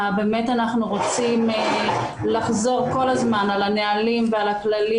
אנחנו רוצים לחזור כל הזמן על הנהלים ועל הכללים.